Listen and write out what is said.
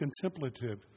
contemplative